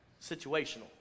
Situational